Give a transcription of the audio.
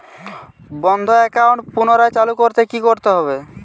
বন্ধ একাউন্ট পুনরায় চালু করতে কি করতে হবে?